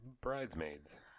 Bridesmaids